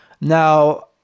now